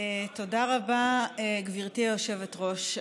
תודה רבה, גברתי היושבת-ראש.